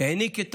הוא העניק את